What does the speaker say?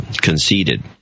conceded